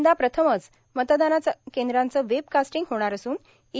यंदा प्रथमच मतदान केंद्रांचं वेबकास्टींग होणार असून ई